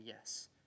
yes